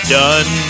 done